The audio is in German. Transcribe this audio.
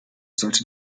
sollte